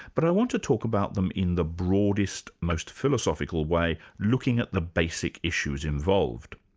but i want to talk about them in the broadest, most philosophical way, looking at the basic issues involved.